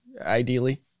ideally